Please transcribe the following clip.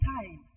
time